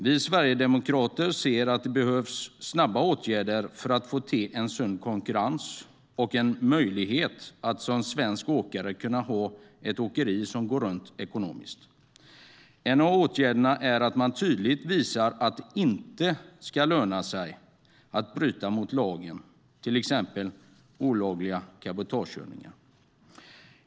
Vi sverigedemokrater ser att det behövs snabba åtgärder för att få till en sund konkurrens och en möjlighet att som svensk åkare ha ett åkeri som går runt ekonomiskt. En av åtgärderna är att man tydligt visar att det inte ska löna sig att bryta mot lagen, till exempel genom olagliga cabotagekörningar.